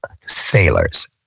Sailors